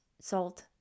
salt